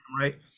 right